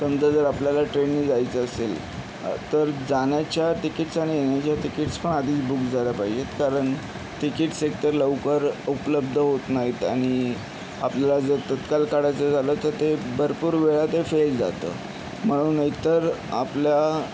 समजा जर आपल्याला ट्रेननी जायचं असेल तर जाण्याच्या तिकिट्स आणि येण्याच्या तिकिट्स पण आधीच बुक झाल्या पाहिजेत कारण तिकिट्स एकतर लवकर उपलब्ध होत नाहीेत आणि आपल्याला जर तत्काल काढायचं झालं तर ते भरपूर वेळा ते फेल जातं म्हणून एकतर आपल्या